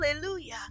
hallelujah